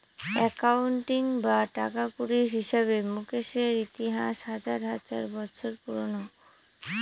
accounting বা টাকাকড়ির হিসাবে মুকেশের ইতিহাস হাজার হাজার বছর পুরোনো